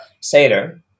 Seder